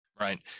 Right